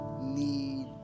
need